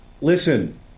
listen